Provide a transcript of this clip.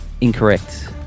Incorrect